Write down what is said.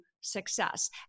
success